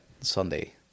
Sunday